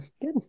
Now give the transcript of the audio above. good